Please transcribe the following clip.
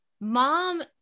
mom